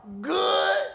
good